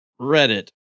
Reddit